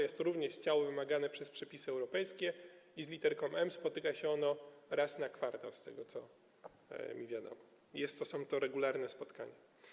Jest to również ciało wymagane przez przepisy europejskie i z literką „M” spotyka się ono raz na kwartał, z tego, co mi wiadomo, są to regularne spotkania.